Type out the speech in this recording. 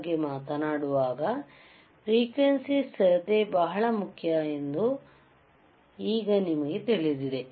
ಬಗ್ಗೆ ಮಾತನಾಡುವಾಗ ಫ್ರೀಕ್ವೆಂಸಿ ಸ್ಥಿರತೆ ಬಹಳ ಮುಖ್ಯ ಎಂದು ಈಗ ನಿಮಗೆ ತಿಳಿದಿದೆ